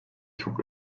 çok